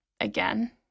again